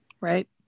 Right